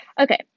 Okay